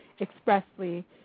expressly